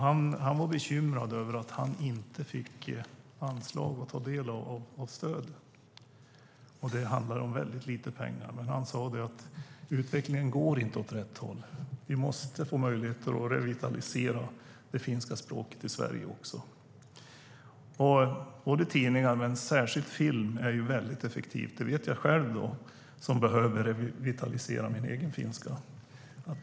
Han var bekymrad över att tidningen inte fick några anslag eller ta del av något stöd. Det handlar om väldigt lite pengar. Chefredaktören sade att utvecklingen inte går åt rätt håll. Vi måste få möjlighet att revitalisera det finska språket i Sverige. Både tidningar och särskilt film är ju väldigt effektivt. Det vet jag själv som behöver revitalisera min egen finska.